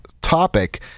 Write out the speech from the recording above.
topic